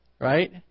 Right